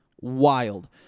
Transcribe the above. wild